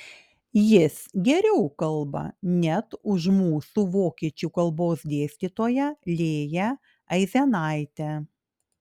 jis geriau kalba net už mūsų vokiečių kalbos dėstytoją lėją aizenaitę